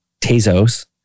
Tezos